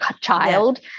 child